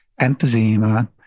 emphysema